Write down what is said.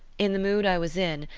in the mood i was in,